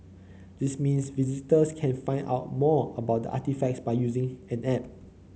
this means visitors can find out more about the artefacts by using an app